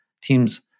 teams